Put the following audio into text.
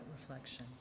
reflection